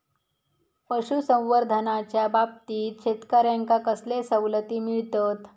पशुसंवर्धनाच्याबाबतीत शेतकऱ्यांका कसले सवलती मिळतत?